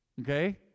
okay